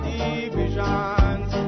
divisions